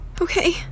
Okay